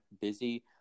busy